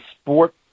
sport